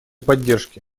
поддержке